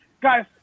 guys